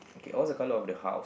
okay what's the colour of the house